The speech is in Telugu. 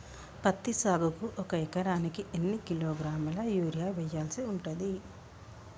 పత్తి సాగుకు ఒక ఎకరానికి ఎన్ని కిలోగ్రాముల యూరియా వెయ్యాల్సి ఉంటది?